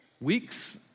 Weeks